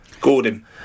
Gordon